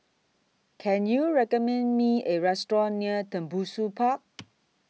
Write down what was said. Can YOU recommend Me A Restaurant near Tembusu Park